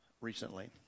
recently